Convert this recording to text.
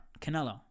Canelo